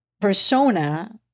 persona